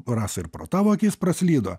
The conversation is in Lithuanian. rasa ir pro tavo akis praslydo